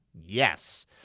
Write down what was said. Yes